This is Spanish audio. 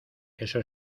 eso